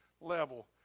level